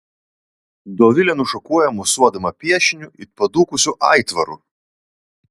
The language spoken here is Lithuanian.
dovilė nušokuoja mosuodama piešiniu it padūkusiu aitvaru